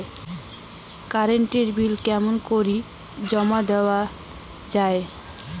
Current এর bill জমা কেমন করি দেওয়া যায়?